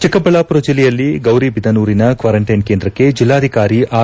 ಚಿಕ್ಕಬಳ್ಳಾಪುರ ಜಿಲ್ಲೆಯಲ್ಲಿ ಗೌರಬಿದನೂರಿನ ಕ್ವಾರಂಟೈನ್ ಕೇಂದ್ರಕ್ಕೆ ಜಿಲ್ಲಾಧಿಕಾರಿ ಆರ್